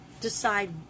decide